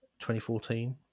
2014